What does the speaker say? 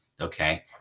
okay